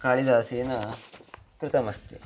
कालिदासेन कृतमस्ति